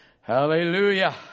Hallelujah